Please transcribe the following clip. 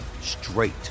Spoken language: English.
straight